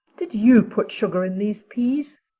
did you put sugar in these peas?